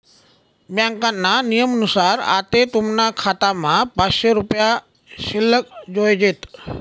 ब्यांकना नियमनुसार आते तुमना खातामा पाचशे रुपया शिल्लक जोयजेत